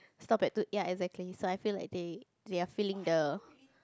stop at two ya exactly so I feel like they they are feeling the